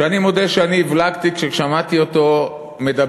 ואני מודה שאני הבלגתי כששמעתי אותו מדבר